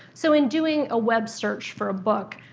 so in doing a web search for a book,